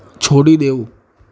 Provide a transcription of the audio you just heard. છોડી દેવું